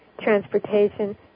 transportation